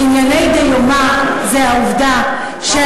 וענייני דיומא זה העובדה, פרשת השבוע.